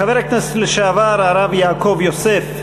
חבר הכנסת לשעבר הרב יעקב יוסף,